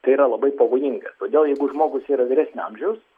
tai yra labai pavojinga todėl jeigu žmogus yra vyresnio amžiaus